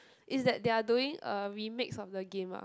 is that they are doing a remix of the game ah